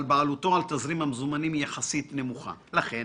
בעלותו על תזרים המזומנים היא יחסית נמוכה, לכן